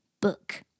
book